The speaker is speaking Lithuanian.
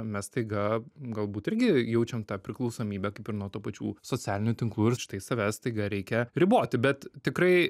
mes staiga galbūt irgi jaučiam tą priklausomybę kaip ir nuo tų pačių socialinių tinklų ir štai save staiga reikia riboti bet tikrai